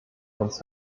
uns